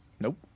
Nope